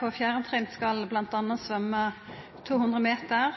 på 4. trinn skal bl.a. svømme 200 meter ,